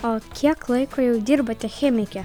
o kiek laiko jau dirbate chemike